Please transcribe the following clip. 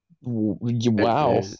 Wow